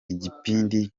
igipindi